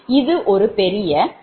இது ஒரு பெரிய வெளிப்பாடு